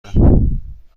کرد